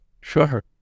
Sure